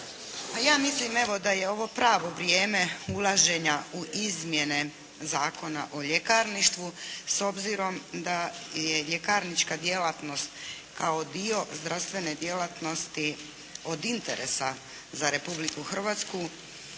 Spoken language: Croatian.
Ja mislim evo da je ovo pravo vrijeme ulaženja u izmjene Zakona o ljekarništvu s obzirom da je ljekarnička djelatnost kao dio zdravstvene djelatnosti od interesa za Republiku Hrvatsku